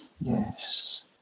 yes